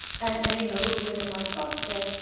and and even a little bit in my talk today,